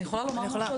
אני רוצה לברך אותך,